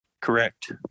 Correct